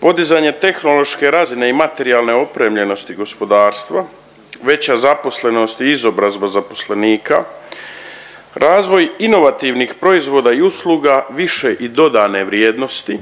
podizanje tehnološke razine i materijalne opremljenosti gospodarstva, veća zaposlenost i izobrazba zaposlenika, razvoj inovativnih usluga više i dodane vrijednosti,